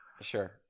Sure